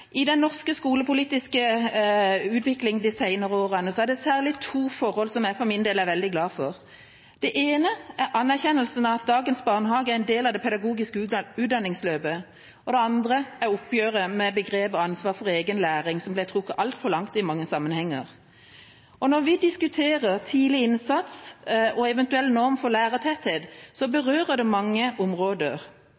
I den norske skolepolitiske utviklinga de siste årene er det særlig to forhold som jeg for min del er veldig glad for. Det ene er anerkjennelsen av at dagens barnehage er en del av det pedagogiske utdanningsløpet. Det andre er oppgjøret med begrepet «ansvar for egen læring» – som ble trukket altfor langt i mange sammenhenger. Når vi diskuterer tidlig innsats og eventuell norm for lærertetthet, berører det mange områder.